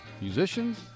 musicians